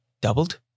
doubled